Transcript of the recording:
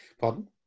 pardon